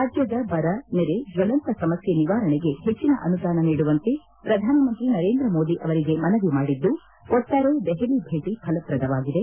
ರಾಜ್ಯದ ಬರ ನೆರೆ ಜ್ವಲಂತ ಸಮ್ಯಸೆ ನಿವಾರಣೆಗೆ ಪೆಟ್ಟಿನ ಅನುದಾನ ನೀಡುವಂತೆ ಪ್ರಧಾನಮಂತ್ರಿ ನರೇಂದ್ರ ಮೋದಿ ಅವರಿಗೆ ಮನವಿ ಮಾಡಿದ್ದು ಒಟ್ಟಾರೆ ದೆಹಲಿ ಭೇಟಿ ಫಲಪ್ರಧವಾಗಿದೆ